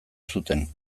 zuten